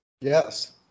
Yes